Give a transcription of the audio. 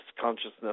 consciousness